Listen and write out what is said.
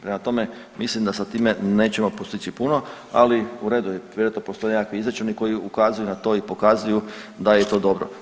Prema tome, mislim da sa time nećemo postići puno, ali u redu je vjerojatno postoje nekakvi izračuni koji ukazuju na to i pokazuju da je to dobro.